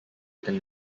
than